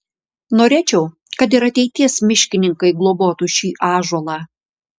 norėčiau kad ir ateities miškininkai globotų šį ąžuolą